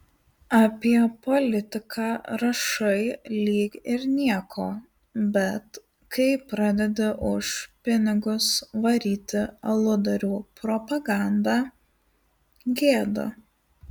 apie politiką rašai lyg ir nieko bet kai pradedi už pinigus varyti aludarių propagandą gėda